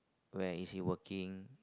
where is he working